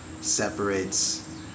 separates